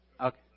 Okay